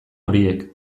horiek